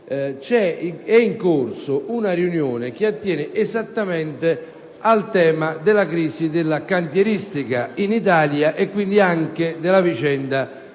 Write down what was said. è in corso una riunione che attiene esattamente al tema della crisi della cantieristica in Italia, e quindi anche alla vicenda di